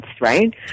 right